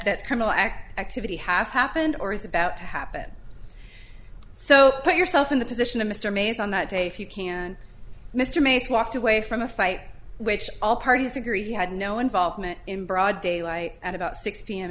that criminal activity has happened or is about to happen so put yourself in the position of mr mays on that day if you can mr mayes walked away from a fight which all parties agree he had no involvement in broad daylight at about six p